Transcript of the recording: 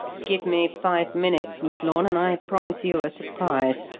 give me five minutes, miss lorne, and i promise you a surprise.